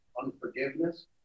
unforgiveness